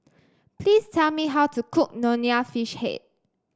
please tell me how to cook Nonya Fish Head